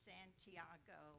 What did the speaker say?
Santiago